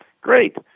Great